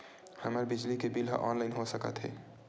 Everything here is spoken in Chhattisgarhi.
हमर बिजली के बिल ह ऑनलाइन हो सकत हे?